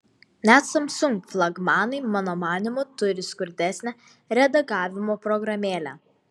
net samsung flagmanai mano manymu turi skurdesnę redagavimo programėlę